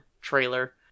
trailer